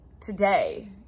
today